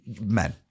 men